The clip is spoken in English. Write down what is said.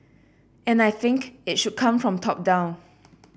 and I think it should come from top down